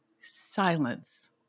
silence